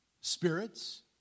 spirits